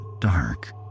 dark